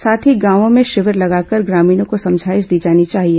साथ ही गांवों में शिविर लगाकर ग्रामीणों को समझाइश दी जानी चाहिए